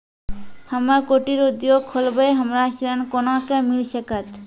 हम्मे कुटीर उद्योग खोलबै हमरा ऋण कोना के मिल सकत?